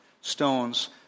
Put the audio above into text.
stones